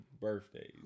birthdays